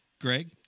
Greg